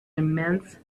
immense